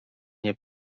nie